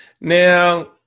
Now